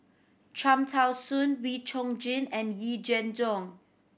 Cham Tao Soon Wee Chong Jin and Yee Jenn